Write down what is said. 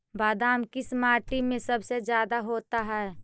बादाम किस माटी में सबसे ज्यादा होता है?